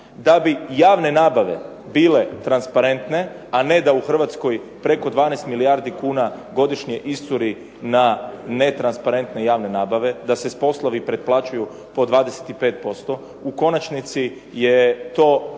da bi javne nabave bile transparentne, a ne da u Hrvatskoj preko 12 milijardi kuna godišnje iscuri na netransparentne javne nabave, da se poslovi preplaćuju po 25%. U konačnici je to